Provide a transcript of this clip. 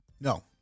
No